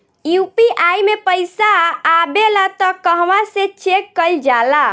UPI मे पइसा आबेला त कहवा से चेक कईल जाला?